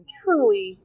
truly